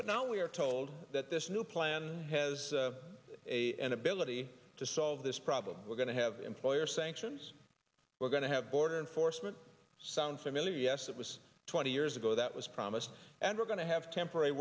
but now we are told that this new plan has a an ability to solve this problem we're going to have employer sanctions we're going to have border enforcement sound familiar yes that was twenty years ago that was promised and we're going to have temporary